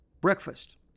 breakfast